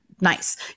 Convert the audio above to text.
nice